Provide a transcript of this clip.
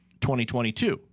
2022